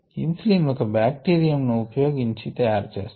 insulin ఒక bacterium ను ఉపయోగించి తయారు చేస్తారు